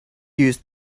used